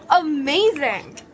amazing